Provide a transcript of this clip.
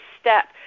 step